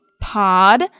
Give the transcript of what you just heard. Pod